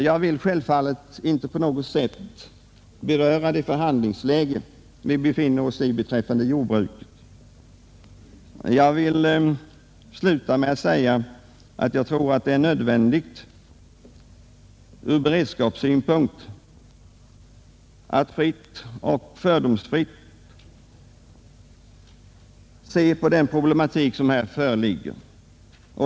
Jag vill självfallet inte på något sätt beröra jordbrukets förhandlingsläge. Jag vill sluta mitt anförande med att säga att jag tror att det är nödvändigt ur beredskapssynpunkt att fördomsfritt se på den problematik som här föreligger.